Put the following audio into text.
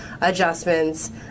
adjustments